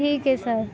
ठीक आहे सर